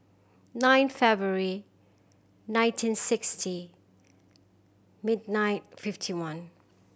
nine February nineteen sixty mid nine fifty one